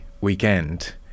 weekend